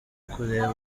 kureba